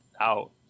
out